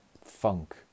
funk